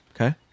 Okay